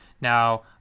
Now